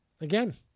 again